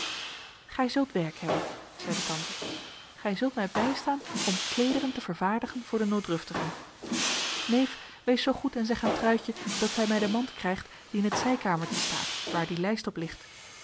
gij zult werk hebben zeide tante gij zult mij bijstaan om kleederen te vervaardigen voor de nooddruftigen neef wees zoo goed en zeg aan truitje dat zij mij de mand krijgt die in het zijkamertje staat waar die lijst op ligt